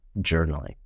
journaling